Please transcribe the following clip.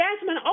Jasmine